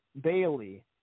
Bailey